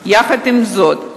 עם זאת,